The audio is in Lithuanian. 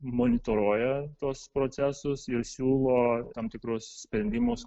monitoruoja tuos procesus ir siūlo tam tikrus sprendimus